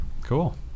Cool